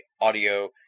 Audio